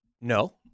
No